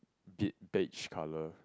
deep beige colour